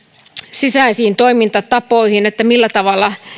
sisäisiin toimintatapoihin siihen